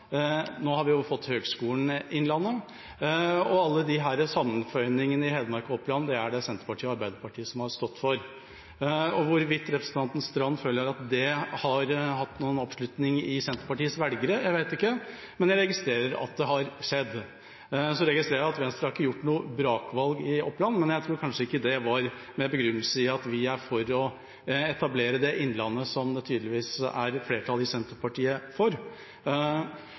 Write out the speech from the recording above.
Nå har vi fått Høgskolen i Innlandet. Alle disse sammenføyningene i Hedmark og Oppland er det Senterpartiet og Arbeiderpartiet som har stått for. Hvorvidt representanten Knutsdatter Strand føler at det har hatt oppslutning blant Senterpartiets velgere, vet jeg ikke, men jeg har registrert at det har skjedd. Så registrerer jeg at Venstre ikke gjorde noe brakvalg i Oppland, men jeg tror kanskje ikke det var med begrunnelse i at vi er for å etablere det Innlandet som det tydeligvis er et flertall i Senterpartiet for.